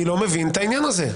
אני לא מבין את העניין הזה.